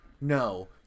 No